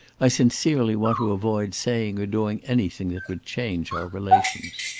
i sincerely want to avoid saying or doing anything that would change our relations.